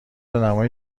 ادمای